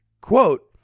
quote